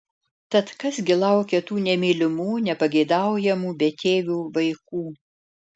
tad kas gi laukia tų nemylimų nepageidaujamų betėvių vaikų